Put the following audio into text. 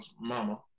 mama